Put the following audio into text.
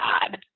god